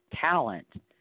talent